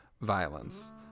violence